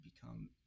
become